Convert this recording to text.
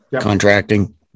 contracting